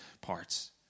parts